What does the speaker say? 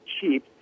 cheap